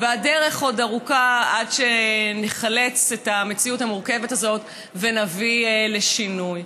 והדרך עוד ארוכה עד שניחלץ מהמציאות המורכבת הזאת ונביא לשינוי,